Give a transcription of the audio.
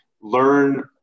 learn